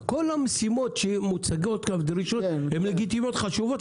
כל המשימות והדרישות שמוצגות כאן הן לגיטימיות וחשובות,